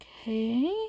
okay